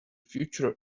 future